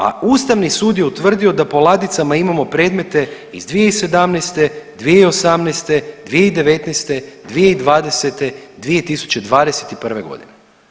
A Ustavni sud je utvrdio da po ladicama imamo predmete iz 2017., 2018., 2019., 2020., 2021. godine.